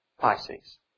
Pisces